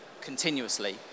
continuously